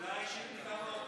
הודעה אישית מטעם האופוזיציה.